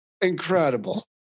Incredible